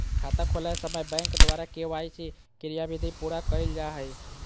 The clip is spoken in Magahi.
खाता खोलय समय बैंक द्वारा के.वाई.सी क्रियाविधि पूरा कइल जा हइ